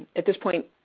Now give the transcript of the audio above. at this point,